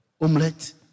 Omelette